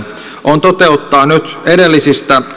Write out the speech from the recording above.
on toteuttaa nyt edellisistä